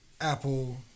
Apple